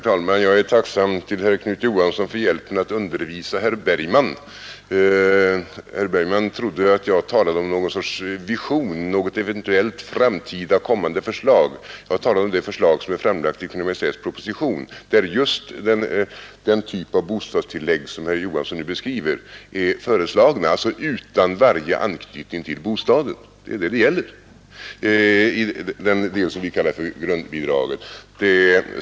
Herr talman! Jag är herr Knut Johansson i Stockholm tacksam för hjälpen att undervisa herr Bergman. Herr Bergman trodde att jag talade om någon sorts vision, något eventuellt framtida förslag. Jag talade om det förslag som är framlagt i Kungl. Maj:ts proposition där just den typ av bostadstillägg som herr Johansson nu beskrev är föreslagen utan varje anknytning till bostaden. Det är vad saken gäller i den del som vi kallar för grundbidraget.